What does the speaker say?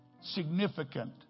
significant